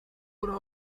oder